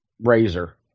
Razor